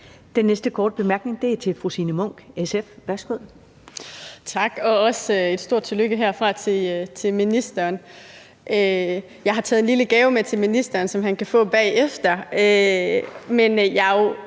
Den næste korte bemærkning er til fru Signe Munk, SF. Værsgo. Kl. 11:46 Signe Munk (SF): Tak, og også et stort tillykke herfra til ministeren. Jeg har taget en lille gave med til ministeren, som han kan få bagefter,